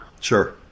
Sure